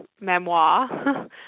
memoir